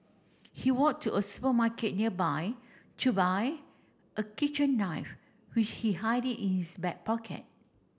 he walked to a supermarket nearby to buy a kitchen knife which he hide it in his back pocket